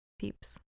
peeps